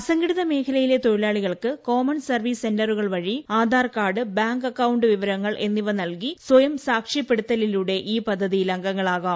അസ്ഘടിത ്മേഖലയിലെ തൊഴിലാളികൾക് common service സെൻ്റ്റു്കൾ വഴി ആധാർ കാർഡ് ബാങ്ക് അക്കൌണ്ട് വിവരങ്ങൾ എ്ന്നിവ നൽകി സ്വയം സാക്ഷ്യപ്പെടുത്തലിലൂടെ ഈ പദ്ധതിയിൽ അംഗങ്ങളാകാം